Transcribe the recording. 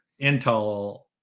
intel